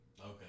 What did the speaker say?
Okay